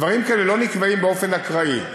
דברים כאלה לא נקבעים באופן אקראי,